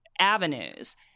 avenues